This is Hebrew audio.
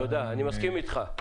תודה, אני מסכים איתך.